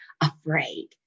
afraid